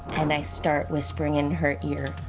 and i start whispering in her ear.